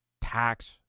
tax